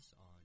on